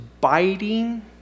biting